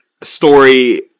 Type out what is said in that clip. story